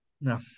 No